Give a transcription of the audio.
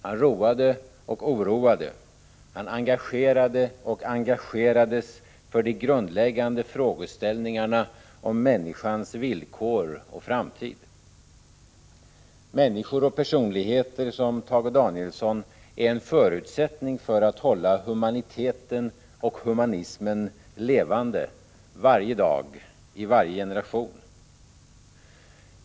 Han roade och oroade. Han engagerade och engagerades för de grundläggande frågeställningarna om människans villkor och framtid. Människor och personligheter som Tage Danielsson är en förutsättning för att hålla humaniteten och humanismen levande, varje dag i varje generation.